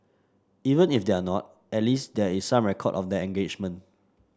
even if they're not at least there is some record of their engagement